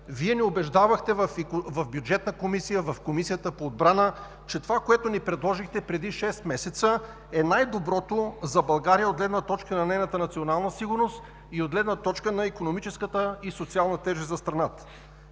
Вие ни убеждавахте в Бюджетната комисия, в Комисията по отбрана, че това, което ни предложихте преди шест месеца, е най доброто за България от гледна точка на нейната национална сигурност и от гледна точка на икономическата и социална тежест за страната.